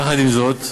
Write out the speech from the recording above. יחד עם זאת,